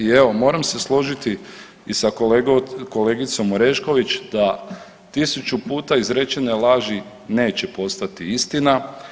I evo moram se složiti i sa kolegicom Orešković da 1000 puta izrečene laži neće postati istina.